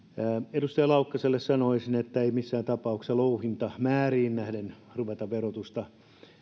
edustaja laukkaselle sanoisin että ei missään tapauksessa louhintamääriin nähden ruveta verotusta